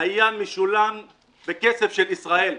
היה משולם בכסף של ישראל.